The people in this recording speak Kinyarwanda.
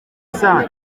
isano